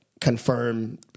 confirm